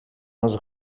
nos